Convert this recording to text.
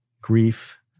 grief